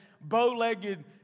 bow-legged